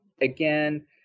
again